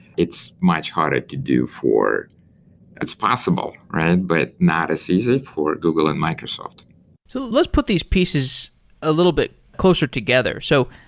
it's much harder to do for it's possible, but not as easy for google and microsoft so let's put these pieces a little bit closer together. so,